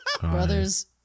Brothers